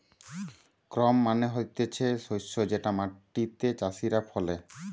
crop মানে হতিছে শস্য যেটা মাটিতে চাষীরা ফলে